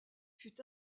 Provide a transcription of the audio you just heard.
fut